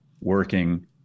working